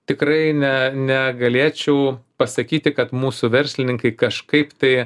tikrai ne negalėčiau pasakyti kad mūsų verslininkai kažkaip tai